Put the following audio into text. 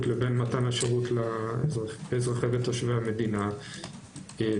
לבין מתן השירות לאזרחי ותושבי המדינה ואנחנו